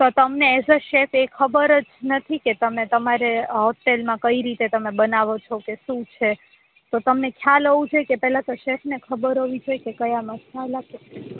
તો તમને as a chef એ ખબરજ નથી કે તમે તમારે હોટેલમાં કઈ રીતે બનાવો છો કે શું છે તો તમને ખ્યાલ હોવું જોએ કે પેલાતો શેફને ખબર હોવી જોએ કે ક્યા મસાલા કે